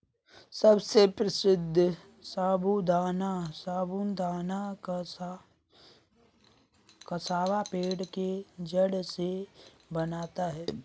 सबसे प्रसिद्ध साबूदाना कसावा पेड़ के जड़ से बनता है